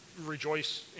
rejoice